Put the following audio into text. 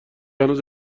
هنوز